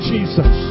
Jesus